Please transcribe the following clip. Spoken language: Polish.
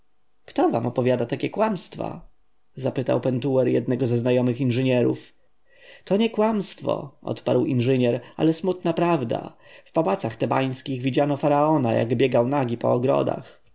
kto wam opowiada takie kłamstwa zapytał pentuer jednego ze znajomych inżynierów to nie kłamstwo odparł inżynier ale smutna prawda w pałacach tebańskich widziano faraona jak biegał nagi po ogrodach